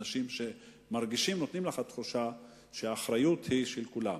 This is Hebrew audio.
אנשים שנותנים לך תחושה שהאחריות היא של כולם.